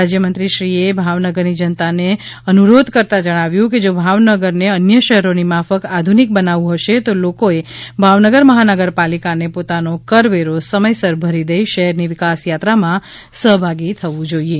રાજ્યમંત્રીશ્રીએ ભાવનગરની જનતાને આ પ્રસંગે અનુરોધ કરતા જણાવ્યું હતું કે જો ભાવનગરને અન્ય શહેરોની માફક આધુનિક બનાવવું હશે તો લોકોએ ભાવનગર મહાનગરપાલિકાને પોતાનો કરવેરો સમયસર ભરી દઇ શહેરની વિકાસયાત્રામાં સહભાગી થવું જોઇએ